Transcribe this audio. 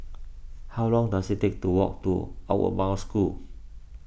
how long does it take to walk to Outward Bound School